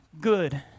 good